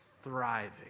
thriving